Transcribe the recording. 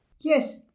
yes